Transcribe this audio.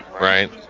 Right